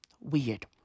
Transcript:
weird